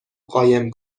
قایم